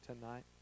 tonight